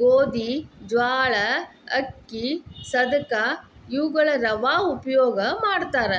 ಗೋಧಿ, ಜ್ವಾಳಾ, ಅಕ್ಕಿ, ಸದಕಾ ಇವುಗಳ ರವಾ ಉಪಯೋಗ ಮಾಡತಾರ